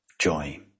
joy